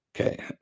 Okay